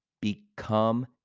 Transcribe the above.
Become